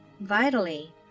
Vitally